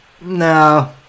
no